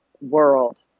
world